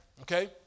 Okay